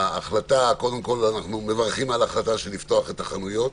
אנחנו מברכים על ההחלטה לפתוח את החנויות,